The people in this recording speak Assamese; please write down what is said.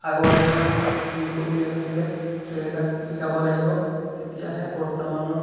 আগৰ দিনৰ যোনবোৰ উন্নেশ আছিলে সেইবিলাক শিকাব লাগিব তেতিয়াহে বৰ্তমানৰ